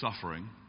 suffering